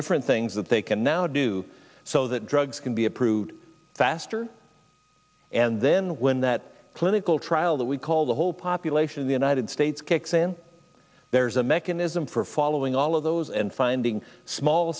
different things that they can now do so that drugs can be approved faster and then when that clinical trial that we call the whole population of the united states kicks in there's a mechanism for following all of those and finding small